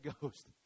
ghost